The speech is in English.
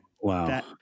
wow